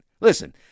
Listen